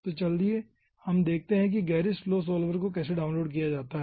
तो चलिए पहले देखते हैं कि गेरिस फ्लो सॉल्वर को कैसे डाउनलोड किया जा सकता है